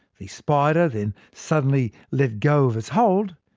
the spider then suddenly let go of its hold.